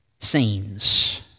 scenes